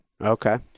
Okay